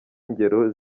ingero